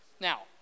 Now